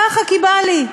ככה כי בא לי.